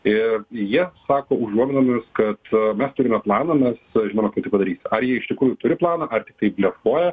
ir jie sako užuominomis kad mes turime planą mes žinome kaip tai padarys ar jie iš tikrųjų turi planą ar tiktai blefuoja